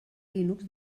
linux